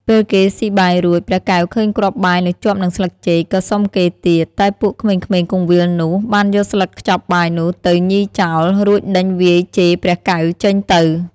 ពេលគេស៊ីបាយរួច ព្រះកែវឃើញគ្រាប់បាយនៅជាប់នឹងស្លឹកចេក ក៏សុំគេទៀត តែពួកក្មេងៗគង្វាលនោះបានយកស្លឹកខ្ចប់បាយនោះទៅញីចោល រួចដេញវាយជេរព្រះកែវចេញទៅ ។